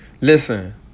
Listen